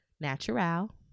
Natural